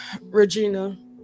Regina